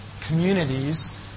communities